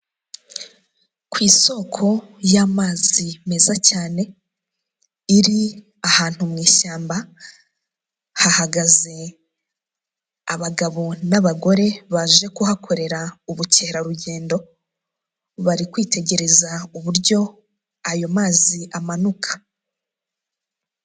Ku isoko y'amazi meza cyane iri ahantu mu ishyamba, hahagaze abagabo n'abagore baje kuhakorera ubukerarugendo bari kwitegereza uburyo ayo mazi amanuka.